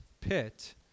pit